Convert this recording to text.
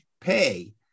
pay